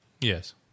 Yes